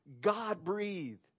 God-breathed